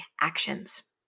actions